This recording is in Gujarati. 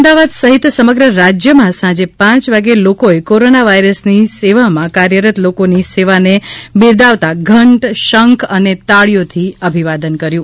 અમદાવાદ સહિત સમગ્ર રાજ્યમાં સાંજે ભાંય વાગે લોકોએ કોરોના વાયરસની સેવામાં કાર્યરત લોકોની સેવાને બિરદાવતા ઘંટ શંખ અને તાળીઓથી અભિવાદન કર્યુ